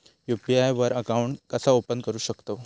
UPI वर account कसा open करू शकतव?